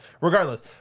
regardless